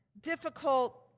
difficult